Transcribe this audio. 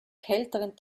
kälteren